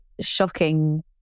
shocking